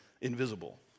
invisible